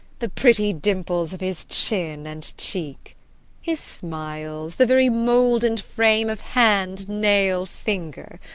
the pretty dimples of his chin and cheek his smiles the very mould and frame of hand, nail, finger